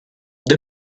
the